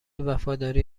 وفاداری